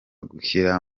gushyira